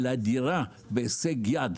אלא דירה בהישג יד,